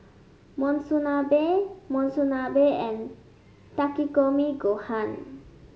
Monsunabe Monsunabe and Takikomi Gohan